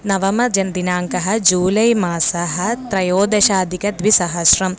नवमदिनाङ्कः जूलै मासः त्रयोदशाधिकद्विसहस्रम्